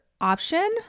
option